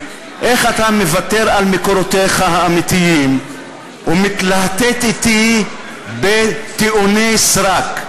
איך אתה מוותר על מקורותיך האמיתיים ומתלהטט אתי בטיעוני סרק.